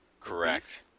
Correct